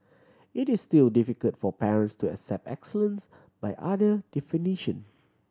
it is still difficult for parents to accept excellence by other definition